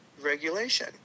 regulation